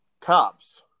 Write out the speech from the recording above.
cops